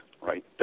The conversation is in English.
right